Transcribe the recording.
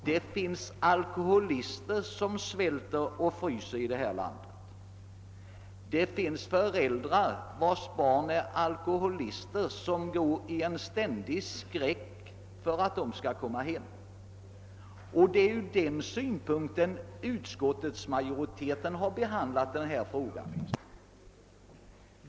Det finns alkoholister som svälter och fryser här i landet. Det finns föräldrar vilkas barn är alkoholister och som går i en ständig skräck för att dessa skall komma hem. Det är från den utgångspunkten utskottsmajoriteten har behandlat denna fråga.